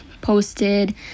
posted